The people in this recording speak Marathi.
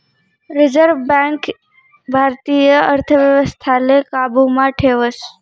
रिझर्व बँक भारतीय अर्थव्यवस्थाले काबू मा ठेवस